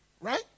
Right